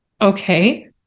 okay